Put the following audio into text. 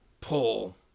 pull